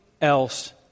else